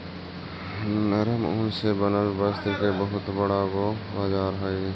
नरम ऊन से बनल वस्त्र के बहुत बड़ा गो बाजार हई